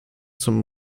zum